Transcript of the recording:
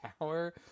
tower